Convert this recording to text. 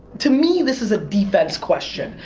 to me, this is a defense question,